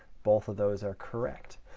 both of those are correct.